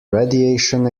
radiation